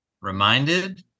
reminded